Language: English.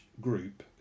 group